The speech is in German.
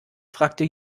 fragte